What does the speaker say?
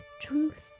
Truth